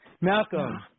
Malcolm